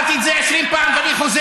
אמרתי את זה 20 פעם, ואני חוזר.